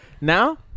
Now